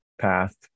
path